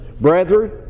brethren